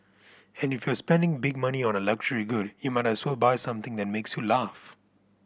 and if you're spending big money on a luxury good you might as well buy something that makes you laugh